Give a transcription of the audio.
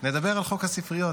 -- נדבר על חוק הספריות.